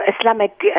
Islamic